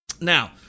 Now